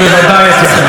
אף שהדבר,